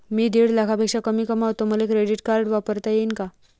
मी दीड लाखापेक्षा कमी कमवतो, मले क्रेडिट कार्ड वापरता येईन का?